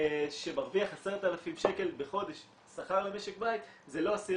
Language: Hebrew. שמרוויח 10,000 שקל לחודש שכר למשק בית זה לא עשירון עשירי.